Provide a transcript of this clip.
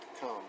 come